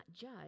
judge